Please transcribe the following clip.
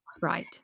Right